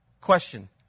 Question